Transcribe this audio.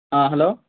ആ ഹലോ